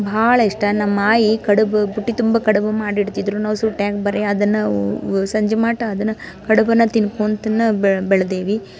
ಭಾಳ ಇಷ್ಟ ನಮ್ಮ ಆಯಿ ಕಡುಬು ಬುಟ್ಟಿ ತುಂಬ ಕಡುಬು ಮಾಡಿಡ್ತಿದ್ದರು ನಾವು ಸೂಟ್ಯಾಗ್ ಬರೀ ಅದನ್ನು ಓ ಸಂಜೆ ಮಟ ಅದನ್ನು ಕಡ್ಬು ತಿನ್ಕೊಂತಲೇ ಬೆಳ್ದೇವಿ